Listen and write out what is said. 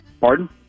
Pardon